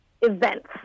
events